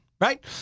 Right